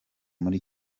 muri